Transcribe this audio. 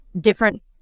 different